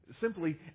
Simply